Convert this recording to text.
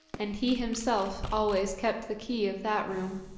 and he himself always kept the key of that room.